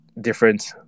different